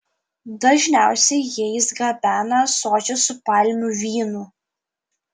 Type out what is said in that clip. dažniausiai jais gabena ąsočius su palmių vynu